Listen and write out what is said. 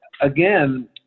again